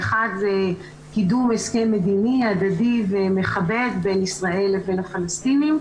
האחד הוא קידום הסכם מדיני הדדי ומכבד בין ישראל לבין הפלסטינים,